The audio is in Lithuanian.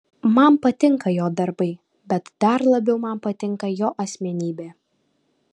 man patinka jo darbai bet dar labiau man patinka jo asmenybė